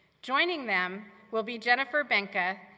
joining them will be jennifer benka,